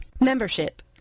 Membership